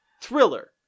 Thriller